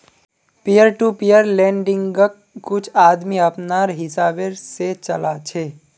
peer to peer लेंडिंग्क कुछ आदमी अपनार हिसाब से चला छे